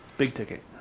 big ticket.